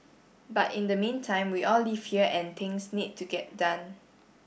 but in the meantime we all live here and things need to get done